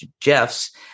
Jeff's